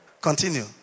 Continue